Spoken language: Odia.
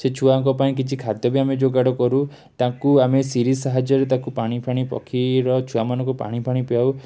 ସେ ଛୁଆଙ୍କ ପାଇଁ କିଛି ଖାଦ୍ୟ ବି ଆମେ ଯୋଗାଡ଼କରୁ ତାଙ୍କୁ ଆମେ ସିରିଞ୍ଜ ସାହାଯ୍ୟରେ ତାକୁ ପାଣି ଫାଣି ପକ୍ଷୀର ଛୁଆମାନଙ୍କୁ ପାଣି ଫାଣି ପିଆଉ